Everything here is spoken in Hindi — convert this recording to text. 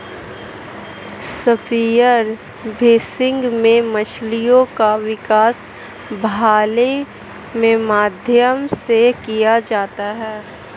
स्पीयर फिशिंग में मछलीओं का शिकार भाले के माध्यम से किया जाता है